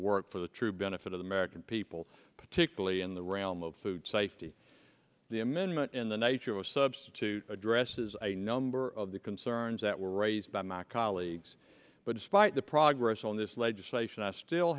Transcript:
work for the true benefit of the american people particularly in the realm of food safety the amendment in the nature of substitute addresses a number of the concerns that were raised by my colleagues but despite the progress on this legislation i still